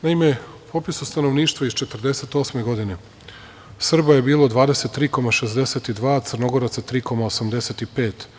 Naime, u popisu stanovništva iz 1948. godine Srba je bilo 23,6%, Crnogoraca 3,85%